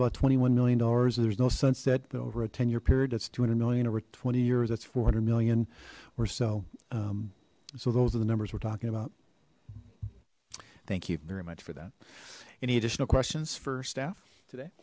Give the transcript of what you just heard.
about twenty one million dollars there's no sunset that over a ten year period that's two hundred million over twenty years that's four hundred million or so so those are the numbers we're talking about thank you very much for that any additional questions for staff today